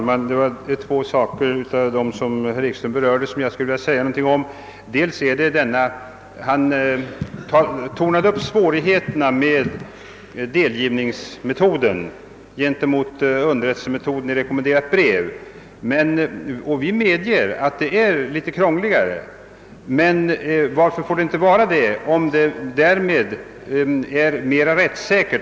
Herr talman! Jag vill ta upp två av de saker som herr Ekström i Iggesund berörde. Herr Ekström i Iggesund tornade upp svårigheterna med delgivningsmetoden i förhållande till metoderna att underrätta genom rekommenderat brev. Vi medger att det förstnämnda förfarandet är litet krångligt. Men varför får det inte vara det om rättssäkerheten därigenom blir större?